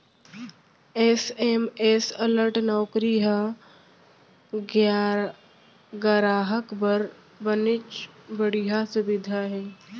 SMS alert नउकरी ह गराहक बर बनेच बड़िहा सुबिधा हे